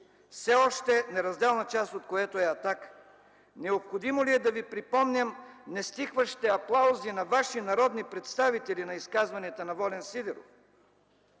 все още неразделна част от което е „Атака”. Необходимо ли е да ви припомням нестихващите аплаузи на ваши народни представители на изказванията на Волен Сидеров?